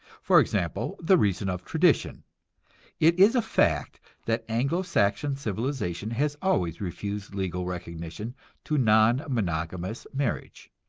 for example, the reason of tradition it is a fact that anglo-saxon civilization has always refused legal recognition to non-monogamous marriage.